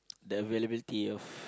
the availability of